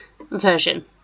version